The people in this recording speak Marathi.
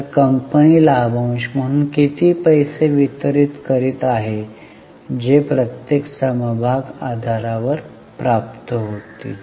तर कंपनी लाभांश म्हणून किती पैसे वितरित करीत आहे जे प्रत्येक समभाग आधारावर प्राप्त होईल